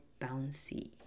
bouncy